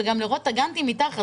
וגם לראות את הגנטים מתחת,